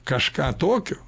kažką tokio